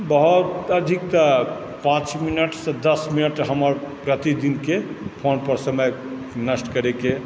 बहुत अधिकतऽ पाँच मिनट तऽ दस मिनट हमर प्रतिदिनके फोनपर समय नष्ट करैके